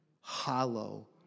hollow